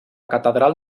catedral